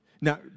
now